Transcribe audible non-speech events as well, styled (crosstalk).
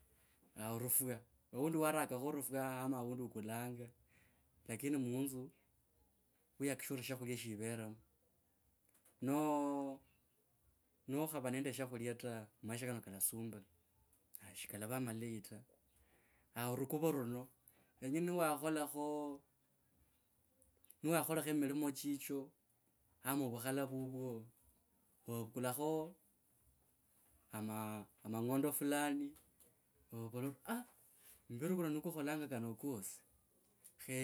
(hesitation) orufwa aundi warakhola rufwa ama aundi ukulanga lakini munzu wiyakikisha ori shakhulya shiveremo. No. nokhava nende shakhulya ta maisha kano kalasumbula, shikalava makleyi ta. Rukuvo runo yenya niwakhakhalakho, niwakhalakho ama amangende fulani novola ori aah, muviri kuno nikwo kukholanga kano kosi, khe,